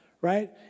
right